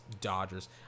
Dodgers